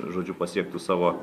žodžiu pasiektų savo